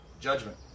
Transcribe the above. judgment